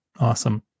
Awesome